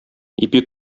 ипи